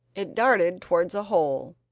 it darted towards a hole,